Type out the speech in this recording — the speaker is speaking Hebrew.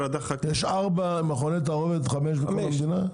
יש ארבעה או חמישה מכוני תערובת בכל המדינה?